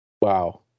wow